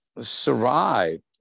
survived